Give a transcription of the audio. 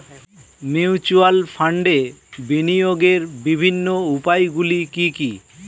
Mutual ফান্ডে বিনিয়োগের বিভিন্ন উপায়গুলি কি কি?